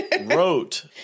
wrote